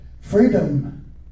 freedom